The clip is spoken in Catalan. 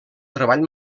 treball